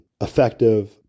effective